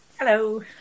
Hello